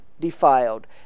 defiled